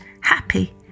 happy